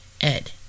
Ed